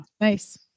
Nice